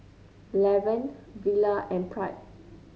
Lavern Villa and Pratt